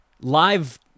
live